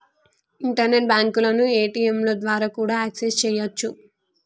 internet బ్యాంకులను ఏ.టీ.యంల ద్వారా కూడా యాక్సెస్ చెయ్యొచ్చు